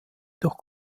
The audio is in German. durch